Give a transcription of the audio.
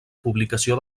publicació